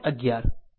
11